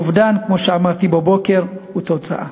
אובדן, כמו שאמרתי בבוקר, הוא תוצאה.